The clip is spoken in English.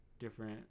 different